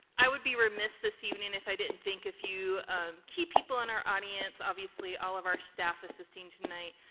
i would be remiss this evening if i didn't thank a few key people in our audience, obviously all of our staff assisting tonight,